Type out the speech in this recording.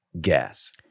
gas